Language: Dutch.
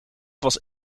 was